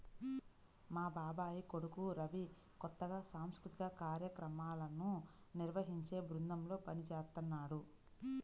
మా బాబాయ్ కొడుకు రవి కొత్తగా సాంస్కృతిక కార్యక్రమాలను నిర్వహించే బృందంలో పనిజేత్తన్నాడు